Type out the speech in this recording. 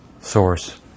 source